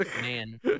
man